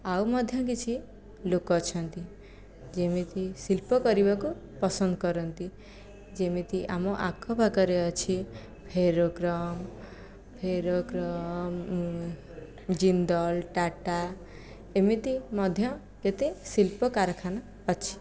ଆଉ ମଧ୍ୟ କିଛି ଲୋକ ଅଛନ୍ତି ଯେମିତି ଶିଳ୍ପ କରିବାକୁ ପସନ୍ଦ କରନ୍ତି ଯେମିତି ଆମ ଆଖ ପାଖରେ ଅଛି ଫଲକ୍ରମ ଜିନ୍ଦଲ ଟାଟା ଏମିତି ମଧ୍ୟ କେତେ ଶିଳ୍ପ କାରଖାନା ଅଛି